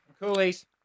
Coolies